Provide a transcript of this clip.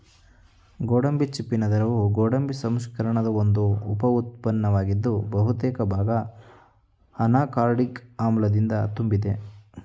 ಗೋಡಂಬಿ ಚಿಪ್ಪಿನ ದ್ರವವು ಗೋಡಂಬಿ ಸಂಸ್ಕರಣದ ಒಂದು ಉಪ ಉತ್ಪನ್ನವಾಗಿದ್ದು ಬಹುತೇಕ ಭಾಗ ಅನಾಕಾರ್ಡಿಕ್ ಆಮ್ಲದಿಂದ ತುಂಬಿದೆ